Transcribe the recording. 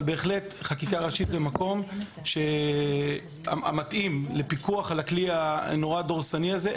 אבל חקיקה ראשית היא בהחלט המקום המתאים לפיקוח על הכלי הדורסני הזה.